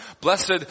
Blessed